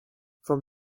from